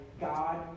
God